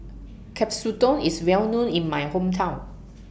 Katsudon IS Well known in My Hometown